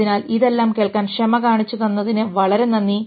അതിനാൽ ഇതെല്ലാം കേൾക്കാൻ ക്ഷമ കാണിച്ചതിന് വളരെ നന്ദി